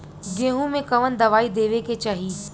गेहूँ मे कवन दवाई देवे के चाही?